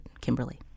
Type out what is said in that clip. Kimberly